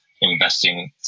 investing